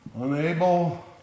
unable